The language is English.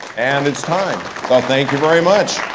and it's time but thank you very much.